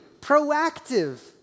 proactive